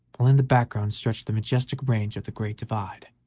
while in the background stretched the majestic range of the great divide.